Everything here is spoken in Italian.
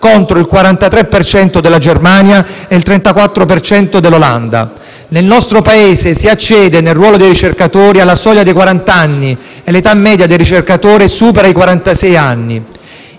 Francia, il 43 della Germania e il 34 dell'Olanda. Nel nostro Paese si accede al ruolo di ricercatori alla soglia dei quarant'anni e l'età media dei ricercatori supera i